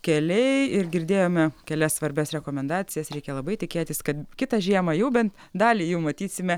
keliai ir girdėjome kelias svarbias rekomendacijas reikia labai tikėtis kad kitą žiemą jau ben dalį jų matysime